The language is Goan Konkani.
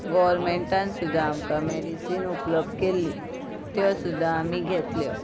गवर्मेंटान सुद्दां आमकां मेडिसीन उपलब्ध केल्ली त्यो सुद्दा आमी घेतल्यो